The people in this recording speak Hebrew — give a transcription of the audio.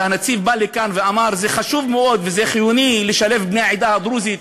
והנציב בא לכאן ואמר: זה חשוב מאוד וזה חיוני לשלב את בני העדה הדרוזית,